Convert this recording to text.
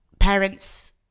parents